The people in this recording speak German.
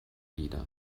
wieder